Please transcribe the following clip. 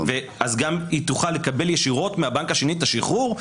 היא תוכל לקבל ישירות מהבנק השני את השחרור,